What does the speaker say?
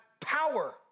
power